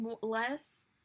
less